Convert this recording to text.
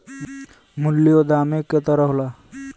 मूल्यों दामे क तरह होला